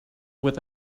with